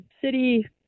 city